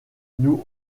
nous